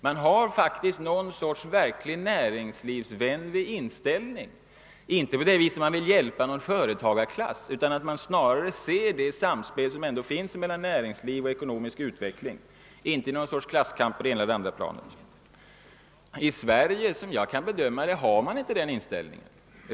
Man har faktiskt någon sorts verkligt näringslivsvänlig inställning — inte på det sättet att man vill hjälpa en företagarklass eller ingripa i någon klasskamp, utan snarare så att man ser samspelet mellan näringsliv och ekonomisk utveckling. I Sverige har man såvitt jag kan bedöma inte den inställningen.